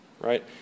Right